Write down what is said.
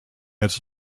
its